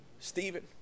Stephen